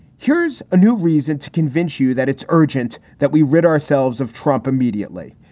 here's a new reason to convince you that it's urgent that we rid ourselves of trump immediately.